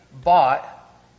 bought